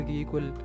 equal